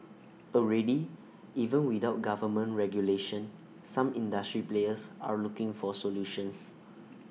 already even without government regulation some industry players are looking for solutions